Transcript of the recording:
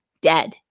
dead